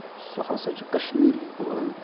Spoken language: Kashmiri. سُہ ہسا چھُ کَشمیٖری بولان